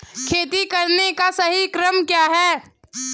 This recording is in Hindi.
खेती करने का सही क्रम क्या है?